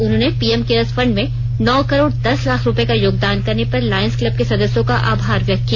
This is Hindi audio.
उन्होंने पीएम केयर्स फंड में नौ करोड दस लाख रुपये का योगदान करने पर लॉयंस क्लब के सदस्यों का आभार व्यक्त किया